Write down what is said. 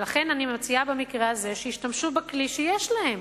ולכן, אני מציעה שבמקרה הזה ישתמשו בכלי שיש להם,